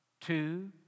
Two